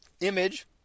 image